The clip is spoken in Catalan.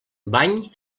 bany